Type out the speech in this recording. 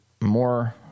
more